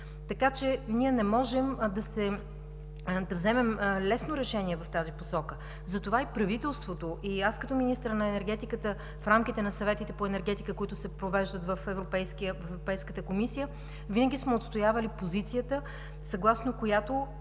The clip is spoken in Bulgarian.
Така че ние не можем да вземем лесно решение в тази посока. Затова и правителството, и аз като министър на енергетиката, в рамките на съветите по енергетика, които се провеждат в Европейската комисия, винаги сме отстоявали позицията, съгласно която